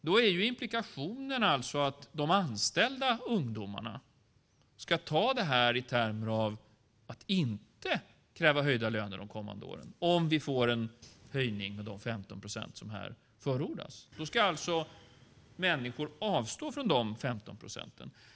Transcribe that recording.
Då är implikationerna att de anställda ungdomarna ska ta detta i termer av att inte kräva höjda löner de kommande åren - om det blir den höjning med 15 procent som här förordas. Människor ska alltså avstå från dessa 15 procent.